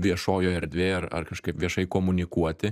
viešojoj erdvėj ar kažkaip viešai komunikuoti